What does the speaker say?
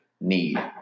need